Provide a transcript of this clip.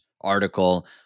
article